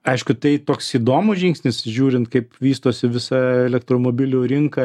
aišku tai toks įdomus žingsnis žiūrint kaip vystosi visa elektromobilių rinka